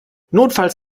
notfalls